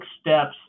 steps